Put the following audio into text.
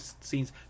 scenes